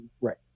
right